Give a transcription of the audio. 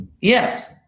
Yes